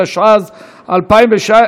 התשע"ז 2017,